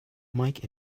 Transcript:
mike